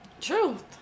truth